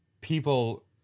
people